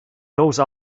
those